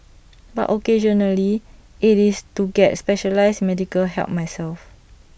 but occasionally IT is to get specialised medical help myself